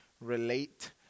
relate